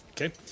Okay